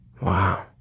Wow